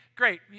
great